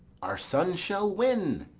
our son shall win.